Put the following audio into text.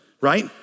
right